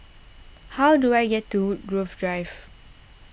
how do I get to Woodgrove Drive